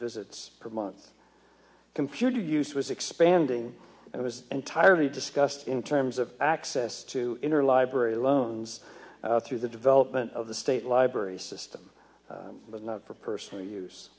visits per month computer use was expanding it was entirely discussed in terms of access to interlibrary loan through the development of the state library system but not for personal use